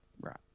Right